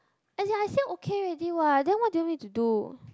as in I say okay already what then what do you want me to do